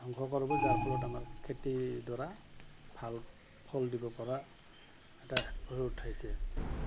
ধ্বংস কৰিব যাৰ ফলত আমাৰ খেতিডৰা ভাল ফল দিব পৰা এটা হৈ উঠাইছে